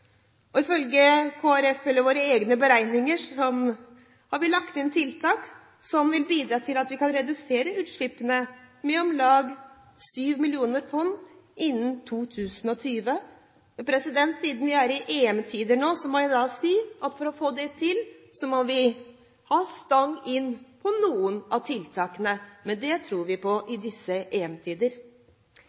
Norge. Ifølge Kristelig Folkepartis egne beregninger har vi lagt inn tiltak som vil bidra til at vi kan redusere utslippene med om lag syv millioner tonn innen 2020. Siden vi er i EM-tider, må jeg si at for å få det til må vi ha «stang inn» på noen av tiltakene. Men det tror vi på i disse